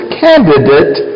candidate